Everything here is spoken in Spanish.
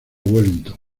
wellington